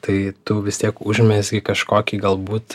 tai tu vis tiek užmezgi kažkokį galbūt